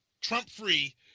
Trump-free